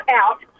out